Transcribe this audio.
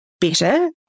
better